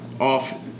off